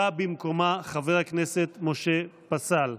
בא במקומה חבר הכנסת משה פסל.